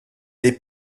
les